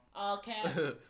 Okay